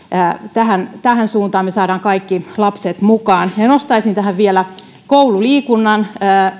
tähän tähän suuntaan niin me saamme kaikki lapset mukaan nostaisin tähän vielä koululiikunnan